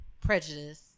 prejudice